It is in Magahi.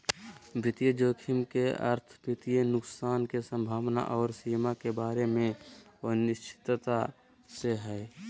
वित्तीय जोखिम के अर्थ वित्तीय नुकसान के संभावना आर सीमा के बारे मे अनिश्चितता से हय